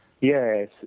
Yes